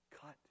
Cut